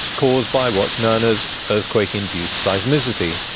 caused by what is known as earthquake induced seismicity.